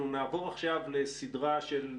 אנחנו נעבור עכשיו לסדרה של,